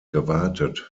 gewartet